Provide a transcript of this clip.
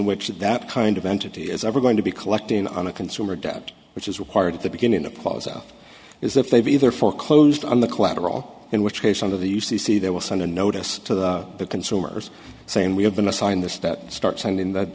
which that kind of entity is ever going to be collecting on a consumer debt which is required at the beginning of close up is if they've either foreclosed on the collateral in which case under the u c c they will send a notice to the consumers saying we have been assigned this debt start sending that